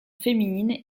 féminine